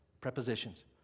prepositions